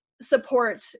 support